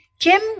Jim